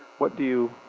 what do you,